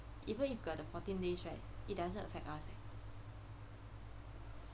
even if got the fourteen days right it doesn't affect us